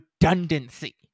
redundancy